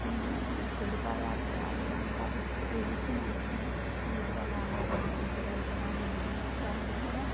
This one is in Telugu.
చెడు పదార్థాలు అంటే అవి తెలుసు మనకు వీటి వల్ల ఆనారోగ్యానికి గురి అవుతాము అని మనకు తెలుసు అయినా కూడా